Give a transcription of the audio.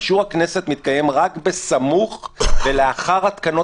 אישור הכנסת מתקיים רק בסמוך ולאחר התקנת